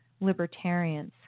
libertarians